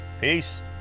Peace